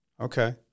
Okay